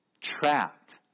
trapped